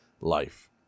life